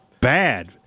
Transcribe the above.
bad